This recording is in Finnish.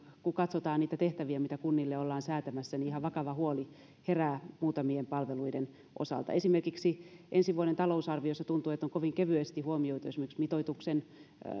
kun katsotaan niitä tehtäviä mitä kunnille ollaan säätämässä niin ihan vakava huoli herää muutamien palveluiden osalta esimerkiksi ensi vuoden talousarviossa tuntuu että on kovin kevyesti huomioitu esimerkiksi mitoituksen